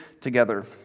together